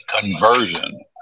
Conversion